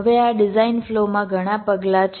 હવે આ ડિઝાઇન ફ્લોમાં ઘણા પગલાં છે